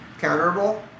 counterable